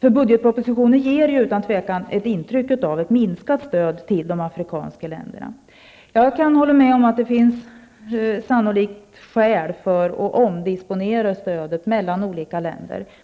Budgetpropositionen ger ju utan tvivel ett intryck av minskat stöd till de afrikanska länderna. Jag kan hålla med om att det finns sannolika skäl för omdisponering av stödet mellan olika länder.